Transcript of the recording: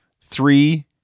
three